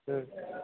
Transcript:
हं